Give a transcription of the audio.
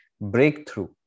breakthrough